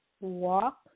walk